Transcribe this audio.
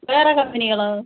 വേറെ കമ്പനികളോ